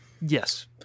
yes